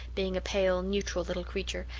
being a pale, neutral little creature,